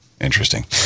Interesting